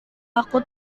aku